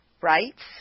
rights